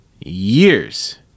years